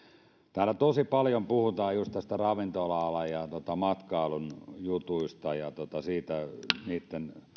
täällä tosi paljon puhutaan just näistä ravintola alan ja matkailun jutuista ja niitten